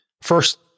First